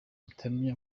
utamenye